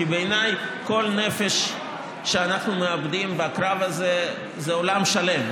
כי בעיניי כל נפש שאנחנו מאבדים בקרב הזה זה עולם שלם.